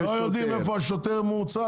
כי הם לא יודעים איפה השוטר מוצב.